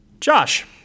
Josh